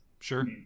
Sure